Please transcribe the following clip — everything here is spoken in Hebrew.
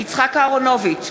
(קוראת בשמות חברי הכנסת) יצחק אהרונוביץ,